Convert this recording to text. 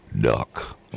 Duck